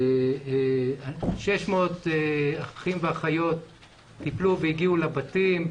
אומר ש-600 אחים ואחיות טיפלו והגיעו לבתים,